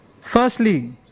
Firstly